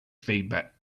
feedback